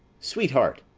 sweetheart!